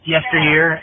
Yesteryear